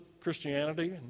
Christianity